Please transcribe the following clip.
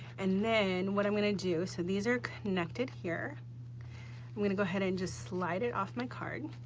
and then, what i'm gonna do so these are connected here i'm gonna go ahead and just slide it off my card,